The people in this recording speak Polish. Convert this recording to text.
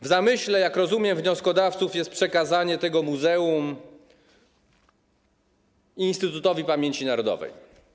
W zamyśle, jak rozumiem, wnioskodawców jest przekazanie tego muzeum Instytutowi Pamięci Narodowej.